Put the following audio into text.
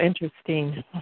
interesting